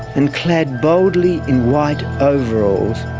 and clad boldly in white overalls,